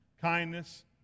Kindness